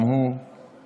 גם הוא יחד